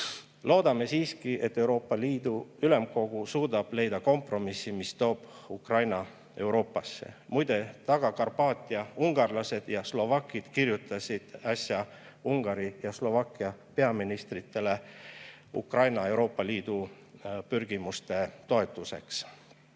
Loodame siiski, et Euroopa Liidu ülemkogu suudab leida kompromissi, mis toob Ukraina Euroopasse. Muide, Taga-Karpaatia ungarlased ja slovakid kirjutasid äsja Ungari ja Slovakkia peaministrile Ukraina Euroopa Liidu pürgimuste toetuseks. Ja